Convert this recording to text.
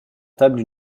table